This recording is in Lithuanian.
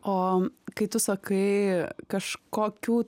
o kai tu sakai kažkokių